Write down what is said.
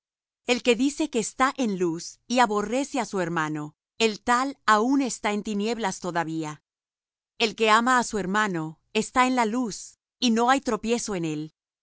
el que dice que está en luz y aborrece á su hermano el tal aun está en tinieblas todavía el que ama á su hermano está en luz y no hay tropiezo en él